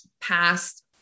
past